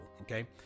Okay